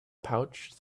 pouch